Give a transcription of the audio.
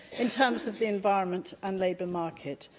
in terms of the environment and labour market.